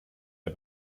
der